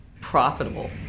profitable